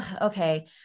okay